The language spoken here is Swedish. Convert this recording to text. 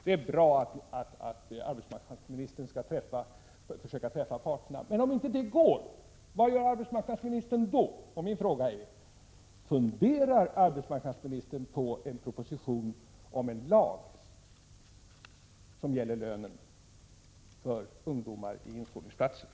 Det är bra att arbetsmarknadsministern skall försöka träffa parterna. Men om det inte går, vad gör arbetsmarknadsministern då? Min andra fråga lyder: Funderar arbetsmarknadsministern på en proposition om en lag som gäller lönen för ungdomar i inskolningsplatser?